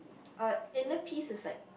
uh inner piece is like